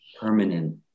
permanent